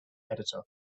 editor